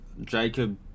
Jacob